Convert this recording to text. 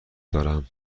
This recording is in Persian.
دارم